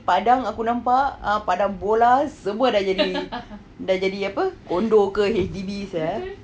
padang aku nampak ah padang bola semua dah jadi dah jadi apa kondo ke H_D_B sia